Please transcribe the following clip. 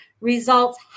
Results